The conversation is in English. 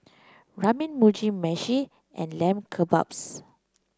Ramen Mugi Meshi and Lamb Kebabs